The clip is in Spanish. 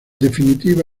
definitiva